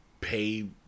pay